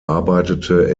arbeitete